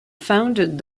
founded